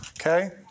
Okay